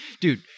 Dude